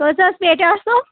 کٔژ حظ پیٹہِ آسوٕ